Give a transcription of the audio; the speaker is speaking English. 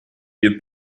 you